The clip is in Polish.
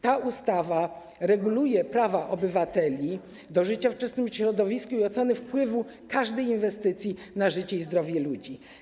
Ta ustawa reguluje prawa obywateli do życia w czystym środowisku i oceny wpływu każdej inwestycji na życie i zdrowie ludzi.